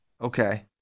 Okay